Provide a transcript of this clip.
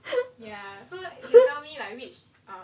ya so he tell me like which um